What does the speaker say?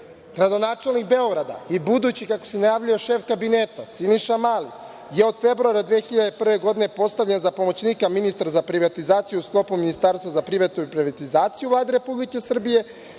Gradonačelnik Beograda i budući, kako se najavljuje, šef Kabineta, Siniša Mali je od februara 2001. godine postavljen za pomoćnika ministra za privatizaciju u sklopu Ministarstva za privatizaciju u Vladi Republike Srbije.